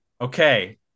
Okay